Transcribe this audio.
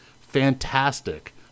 fantastic